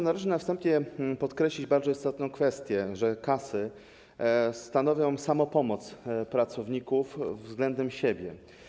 Na wstępie należy podkreślić bardzo istotną kwestię, że kasy stanowią samopomoc pracowników względem siebie.